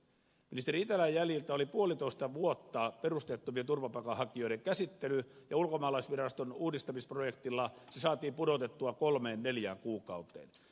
ministeri itälän jäljiltä perusteettomien turvapaikanhakijoiden käsittely oli puolitoista vuotta ja ulkomaalaisviraston uudistamisprojektilla se saatiin pudotettua kolmeen neljään kuukauteen